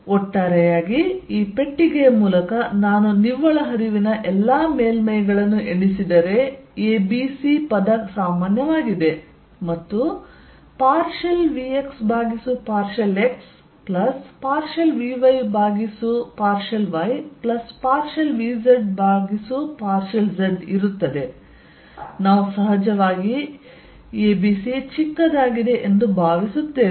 ಆದ್ದರಿಂದ ಒಟ್ಟಾರೆಯಾಗಿ ಈ ಪೆಟ್ಟಿಗೆಯ ಮೂಲಕ ನಾನು ನಿವ್ವಳ ಹರಿವಿನ ಎಲ್ಲಾ ಮೇಲ್ಮೈಗಳನ್ನು ಎಣಿಸಿದರೆ abc ಪದ ಸಾಮಾನ್ಯವಾಗಿದೆ ಮತ್ತು ಪಾರ್ಷಿಯಲ್ vx ಭಾಗಿಸು ಪಾರ್ಷಿಯಲ್ x ಪಾರ್ಷಿಯಲ್ vy ಭಾಗಿಸು ಪಾರ್ಷಿಯಲ್ y ಪಾರ್ಷಿಯಲ್ vz ಭಾಗಿಸು ಪಾರ್ಷಿಯಲ್ z ಇರುತ್ತದೆ ನಾವು ಸಹಜವಾಗಿ abc ಚಿಕ್ಕದಾಗಿದೆ ಎಂದು ಭಾವಿಸುತ್ತೇವೆ